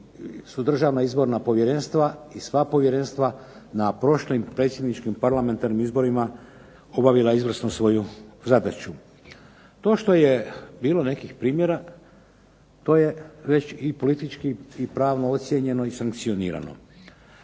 su državna izborna povjerenstva i sva povjerenstva na prošlim predsjedničkim parlamentarnim izborima obavila izvrsno svoju zadaću. To što je bilo nekih primjera to je već i politički i pravno ocijenjeno i sankcionirano.